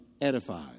edifies